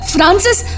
Francis